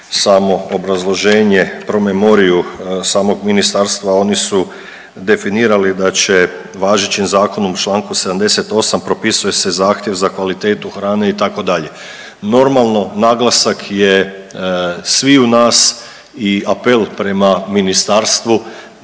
samo obrazloženje, promemoriju samog ministarstva, oni su definirali da će važećim zakonom, u čl. 78. propisuje se zahtjev za kvalitetu hrane itd.. Normalno naglasak je sviju nas i apel prema ministarstvu